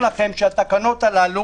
התקנות האלה